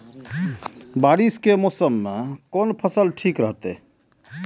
बारिश के मौसम में कोन कोन फसल ठीक रहते?